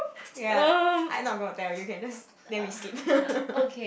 ya I not gonna tell you can just then we skip